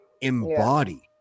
embody